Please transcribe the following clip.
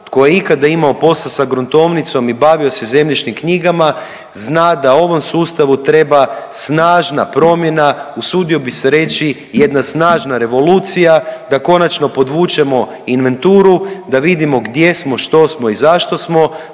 tko je ikada imao posla sa gruntovnicom i bavio se zemljišnim knjigama zna da ovom sustavu treba snažna promjena, usudio bih se reći, jedna snažna revolucija, da konačno podvučemo inventuru, da vidimo gdje smo, što smo i zašto smo,